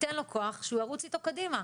ייתן לו כוח שהוא ירוץ איתו קדימה.